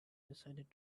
decided